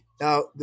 Now